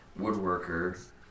woodworker